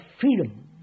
freedom